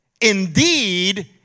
Indeed